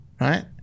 right